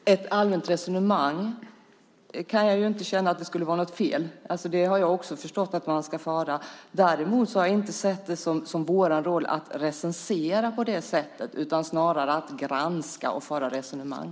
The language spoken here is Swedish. Herr talman! Jag kan inte känna att det skulle vara fel med ett allmänt resonemang. Jag har också förstått att ett sådant ska föras. Däremot har jag inte sett det som vår roll att recensera utan snarare att granska och föra resonemang.